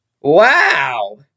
Wow